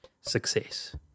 success